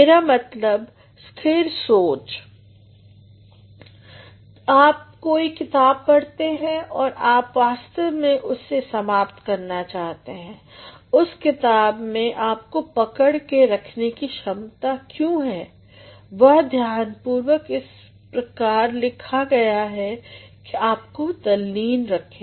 मेरा मतलब स्थिर सोच आप कोई किताब पढ़ते हैं और आप वास्तव में उसे समाप्त करना चाहते हैं उस किताब में आपको पकड़ के रखने की क्षमता क्यों है वह ध्यानपूर्वक इस प्रकार लिखा गया है कि आपको तल्लीन रखे